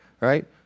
right